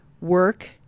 work